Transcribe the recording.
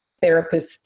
therapist